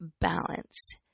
balanced